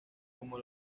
como